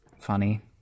funny